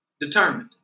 Determined